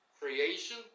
creation